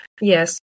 Yes